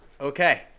Okay